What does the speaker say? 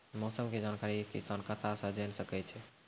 मौसम के जानकारी किसान कता सं जेन सके छै?